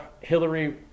Hillary